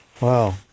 wow